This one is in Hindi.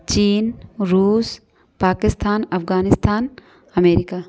चीन रूस पाकिस्तान अफ़ग़ानिस्तान अमेरिका